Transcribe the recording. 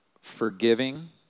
forgiving